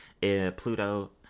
Pluto